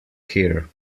here